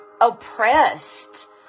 oppressed